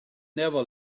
never